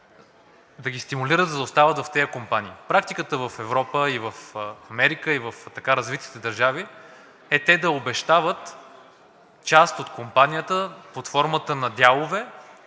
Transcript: да ги стимулират, за да остават в тези компании. Практиката и в Европа, и в Америка, и в развитите държави е те да обещават част от компанията под формата на дялове,